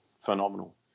phenomenal